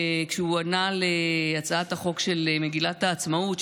כשהוא ענה להצעת החוק על מגילת העצמאות,